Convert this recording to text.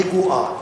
רגועה,